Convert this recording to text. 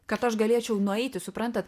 kad aš galėčiau nueiti suprantat